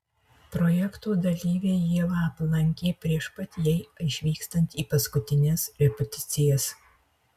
projekto dalyviai ievą aplankė prieš pat jai išvykstant į paskutines repeticijas